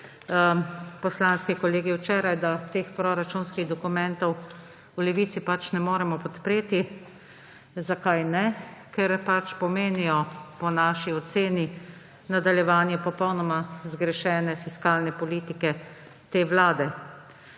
poslanski kolegi včeraj, da teh proračunskih dokumentov v Levici ne moremo podpreti. Zakaj ne? Ker pač pomenijo na naši oceni nadaljevanje popolnoma zgrešene fiskalne politike te vlade.